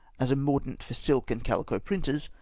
as a mordant for silk and cahco printers.